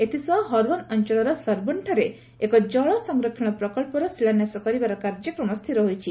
ଏଥିସହ ହରଓ୍ୱାନ ଅଞ୍ଚଳର ସର୍ବନ୍ଠାରେ ଏକ ଜଳ ସଂରକ୍ଷଣ ପ୍ରକଳ୍ପର ଶିଳାନ୍ୟାସ କରିବାର କାର୍ଯ୍ୟକ୍ରମ ସ୍ଥିର ହୋଇଛି